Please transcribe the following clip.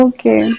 Okay